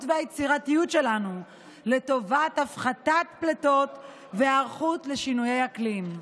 והיצירתיות שלנו לטובת הפחתת פליטות והיערכות לשינויי אקלים.